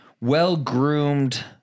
well-groomed